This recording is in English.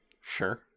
Sure